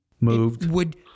moved